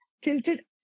tilted